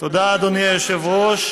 תודה, אדוני היושב-ראש.